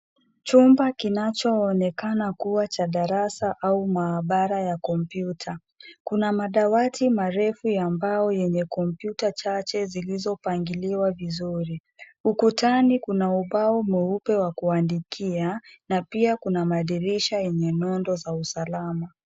Chumba kinachoonekana kuwa cha darasa au maabara ya kompyuta. Kuna madawati marefu ya mbao yenye kompyuta chache zilizopangiliwa vizuri. Ukutani kuna ubao mweupe wa kuandikia na pia kuna madirisha yenye nondo za usalama.